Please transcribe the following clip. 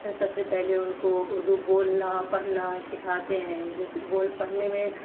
سب سے پہلے ان کو اردو بولنا پڑھنا سکھاتے ہیں جیسے بول پڑھنے میں